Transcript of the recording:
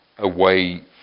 away